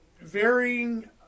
varying